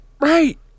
Right